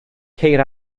ceir